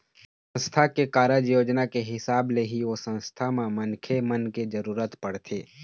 संस्था के कारज योजना के हिसाब ले ही ओ संस्था म मनखे मन के जरुरत पड़थे